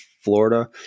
Florida